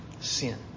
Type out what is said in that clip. sin